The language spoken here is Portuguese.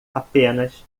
apenas